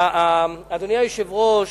אדוני היושב-ראש,